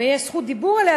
ויש זכות דיבור עליה,